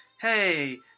hey –